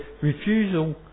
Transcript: refusal